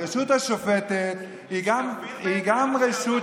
הרשות השופטת היא גם רשות,